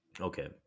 okay